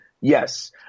Yes